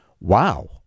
wow